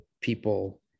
people